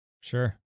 Sure